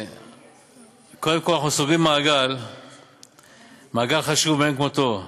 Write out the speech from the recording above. קודם כול, אנחנו סוגרים מעגל חשוב מאין כמותו.